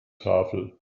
tafel